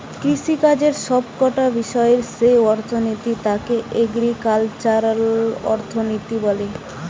কৃষিকাজের সব কটা বিষয়ের যেই অর্থনীতি তাকে এগ্রিকালচারাল অর্থনীতি বলে